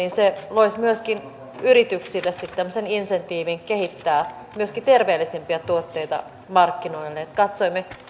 loisi myöskin yrityksille sitten tämmöisen insentiivin kehittää terveellisempiä tuotteita markkinoille katsoimme